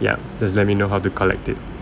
yup just let me know how to collect it